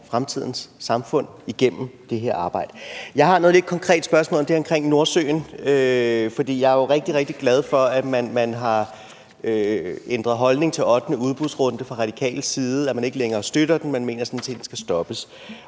fremtidens samfund igennem det her arbejde. Jeg har et lidt konkret spørgsmål, og det er omkring Nordsøen. Jeg er jo rigtig, rigtig glad for, at man har ændret holdning til den ottende udbudsrunde fra Radikales side, at man ikke længere støtter den, man mener sådan set, den skal stoppes.